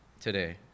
today